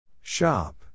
Shop